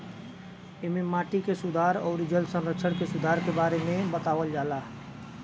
एमे माटी के सुधार अउरी जल संरक्षण के सुधार के बारे में बतावल जाला